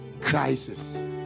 crisis